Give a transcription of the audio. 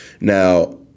Now